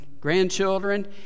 grandchildren